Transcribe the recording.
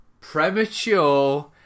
premature